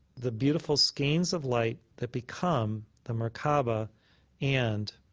the beautiful skeins of light that become the merkabah and